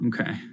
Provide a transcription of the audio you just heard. Okay